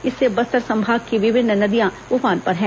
इससे बस्तर संभाग की विभिन्न नदियां उफान पर हैं